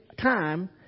time